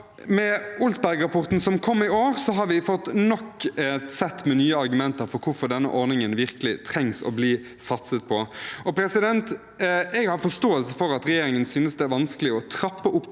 Med Olsberg-rapporten, som kom i år, har vi fått nok et sett med nye argumenter for hvorfor denne ordningen virkelig trengs å bli satset på. Jeg har forståelse for at regjeringen synes det er vanskelig å trappe opp